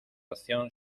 acción